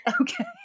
Okay